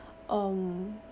um